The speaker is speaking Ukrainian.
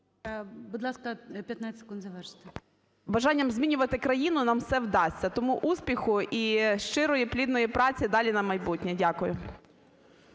бажання змінювати країну, нам все вдасться. Тому успіху і щирої, плідної праці далі на майбутнє! Дякую.